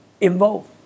involved